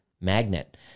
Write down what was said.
magnet